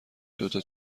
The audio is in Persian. دوتا